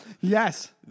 Yes